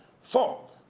Four